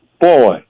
boy